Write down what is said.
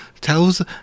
tells